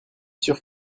sûr